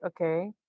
okay